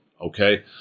okay